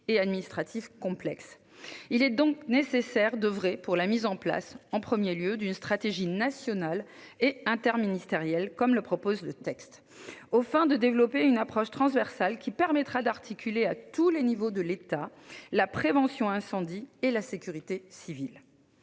et administratif complexe ». Il est donc nécessaire d'oeuvrer à la mise en place d'une stratégie nationale et interministérielle, comme le vise le texte, aux fins de développer une approche transversale qui articulera à tous les niveaux de l'État la prévention contre les incendies et la sécurité civile.